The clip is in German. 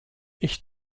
ich